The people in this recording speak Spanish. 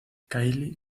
kylie